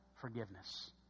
forgiveness